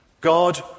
God